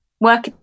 work